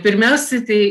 pirmiausi tai